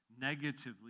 negatively